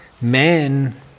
men